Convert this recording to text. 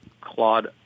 Claude